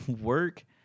work